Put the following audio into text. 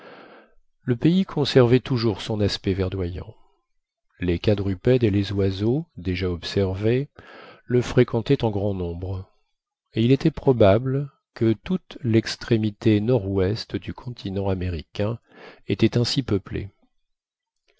le pays conservait toujours son aspect verdoyant les quadrupèdes et les oiseaux déjà observés le fréquentaient en grand nombre et il était probable que toute l'extrémité nord-ouest du continent américain était ainsi peuplée